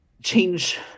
change